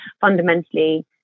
Fundamentally